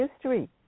history